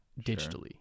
digitally